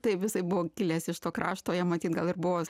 tai jisai buvo kilęs iš to krašto jam matyt gal ir buvos